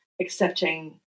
accepting